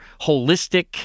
holistic